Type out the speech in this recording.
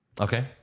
Okay